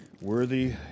Worthy